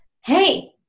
hey